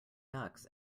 ducks